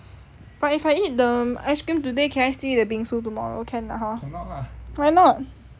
but if I eat the ice cream today can I still eat the bingsu tomorrow can lah hor why not